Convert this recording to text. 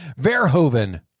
Verhoeven